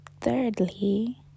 Thirdly